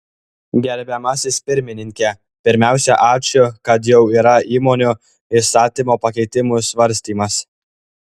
gerbiamasis pirmininke pirmiausia ačiū kad jau yra įmonių įstatymo pakeitimų svarstymas